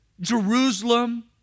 Jerusalem